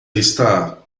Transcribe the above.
está